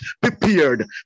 prepared